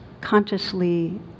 consciously